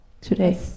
today